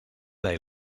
they